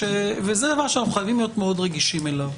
וזה דבר שאנחנו חייבים להיות מאוד רגישים אליו.